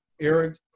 Eric